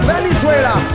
Venezuela